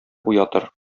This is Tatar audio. уятыр